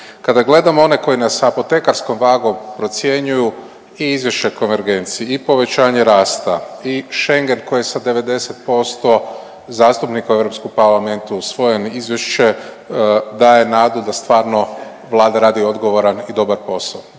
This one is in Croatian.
Kada gledamo one koji nas sa apotekarskom vagom procjenjuju i Izvješće o konvergenciji i povećanje rasta i Schengen koji je sa 90% zastupnika u Europskom parlamentu usvojen izvješće daje nadu da stvarno Vlada radi odgovoran i dobar posao.